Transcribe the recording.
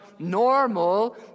Normal